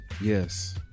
Yes